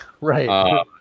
Right